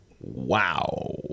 wow